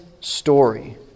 story